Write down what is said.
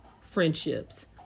friendships